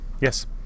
Yes